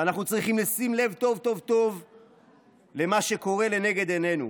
ואנחנו צריכים לשים לב טוב-טוב למה שקורה לנגד עינינו.